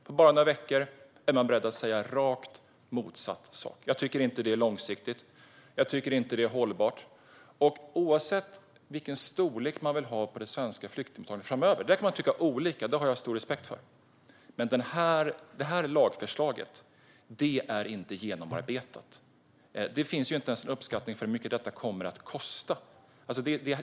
Efter bara några veckor är man beredd att säga rakt motsatt sak. Jag tycker inte att det är långsiktigt, och jag tycker inte att det är hållbart. Oavsett vilken storlek man vill ha på det svenska flyktingmottagandet framöver - där kan man tycka olika, vilket jag har stor respekt för - är det här lagförslaget inte genomarbetat. Det finns inte ens en uppskattning av hur mycket detta kommer att kosta.